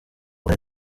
leta